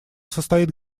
состоит